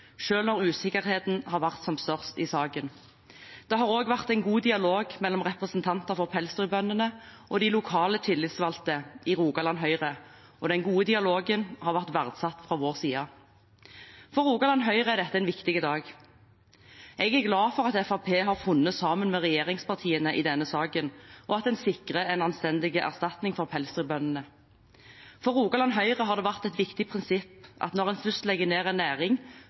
når usikkerheten har vært som størst i saken. Det har også vært en god dialog mellom representanter for pelsdyrbøndene og lokale tillitsvalgte i Rogaland Høyre, og den gode dialogen har vært verdsatt fra vår side. For Rogaland Høyre er dette en viktig dag. Jeg er glad for at Fremskrittspartiet har funnet sammen med regjeringspartiene i denne saken, og at en sikrer en anstendig erstatning for pelsdyrbøndene. For Rogaland Høyre har det vært et viktig prinsipp at når en først legger ned en næring,